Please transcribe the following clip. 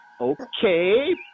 Okay